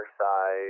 Side